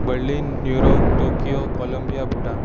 Berlin New York Tokyo Colombia Bhutan